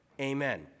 Amen